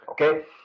okay